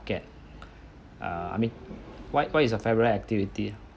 I mean what what is your favourite activity